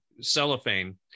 cellophane